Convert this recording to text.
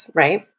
right